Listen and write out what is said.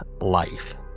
life